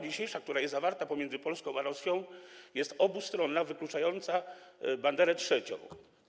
Dzisiejsza umowa, która jest zawarta pomiędzy Polską a Rosją, jest obustronna i wyklucza banderę trzecią.